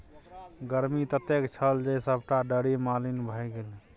गर्मी ततेक छल जे सभटा डारि मलिन भए गेलै